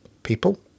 people